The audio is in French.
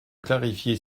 clarifier